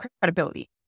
credibility